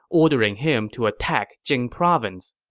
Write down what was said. ordering him to attack jing province.